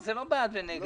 זה לא בעד ונגד.